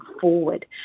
forward